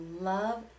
love